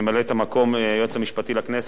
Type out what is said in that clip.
ממלאת-מקום היועץ המשפטי לכנסת,